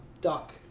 duck